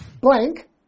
blank